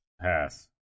Pass